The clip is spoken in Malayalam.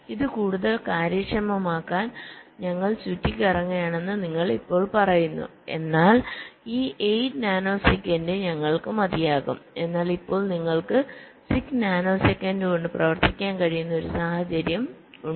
ഇത് കൂടുതൽ കാര്യക്ഷമമാക്കാൻ ഞങ്ങൾ ചുറ്റിക്കറങ്ങുകയാണെന്ന് നിങ്ങൾ ഇപ്പോൾ പറയുന്നു എന്നാൽ ഈ 8 നാനോ സെക്കൻഡ് ഞങ്ങൾക്ക് മതിയാകും എന്നാൽ ഇപ്പോൾ നിങ്ങൾക്ക് 6 നാനോ സെക്കൻഡ് കൊണ്ട് പ്രവർത്തിക്കാൻ കഴിയുന്ന ഒരു സാഹചര്യം ഞങ്ങൾക്കുണ്ട്